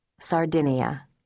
Sardinia